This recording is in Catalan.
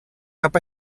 cap